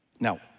Now